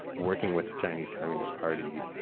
working with the chinese communist party,